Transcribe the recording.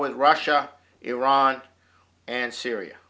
with russia iran and syria